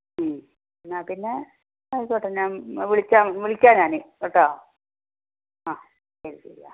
എന്നാൽ പിന്നെ ആയിക്കോട്ടെ ഞാൻ വിളിച്ചം വിളിക്കാം ഞാന് കേട്ടോ ആ ശരി ശരി ആ